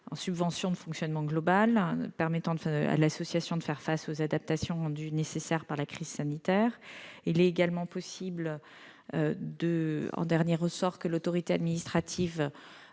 une subvention de fonctionnement global pour aider les associations à faire face aux adaptations rendues nécessaires par la crise sanitaire. Il est également possible, en dernier ressort, que l'autorité administrative